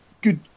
good